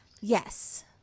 yes